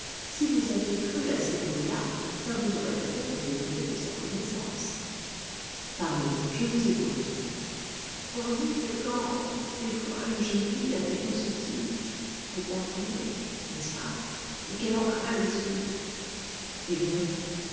si vous aviez cru à ces bruits là ça vous aurait peut-être dégoûté de sa connaissance parlez je vous écoute on dit que quand des fois une jeune fille a fait une sottise vous comprenez n'est-ce pas et qu'elle en craint les suites eh bien